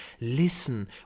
Listen